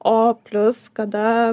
o plius kada